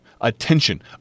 attention